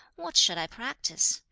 what shall i practise?